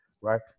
right